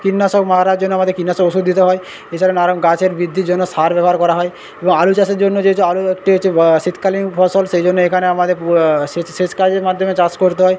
কীটনাশক মারার জন্য আমাদের কীটনাশক ওষুধ দিতে হয় এছাড়া নানা রকম গাছের বৃদ্ধির জন্য সার ব্যবহার করা হয় এবং আলু চাষের জন্য যেহেতু আলু একটি হচ্ছে শীতকালীন ফসল সেই জন্যে এখানে আমাদের প্ সেচ সেচ কাজের মাধ্যমে চাষ করতে হয়